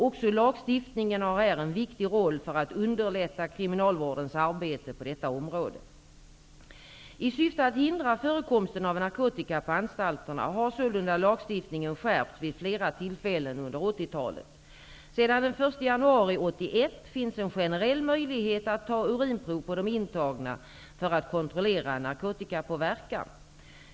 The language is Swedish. Också lagstiftningen har här en viktig roll för att underlätta kriminalvårdens arbete på detta område. I syfte att hindra förekomsten av narkotika på anstalterna har sålunda lagstiftningen skärpts vid flera tillfällen under 1980-talet. Sedan den 1 januari 1981 finns en generell möjlighet att ta urinprov på de intagna för att kontrollera narkotikapåverkan.